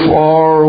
far